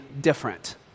different